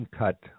cut